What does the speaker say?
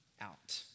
out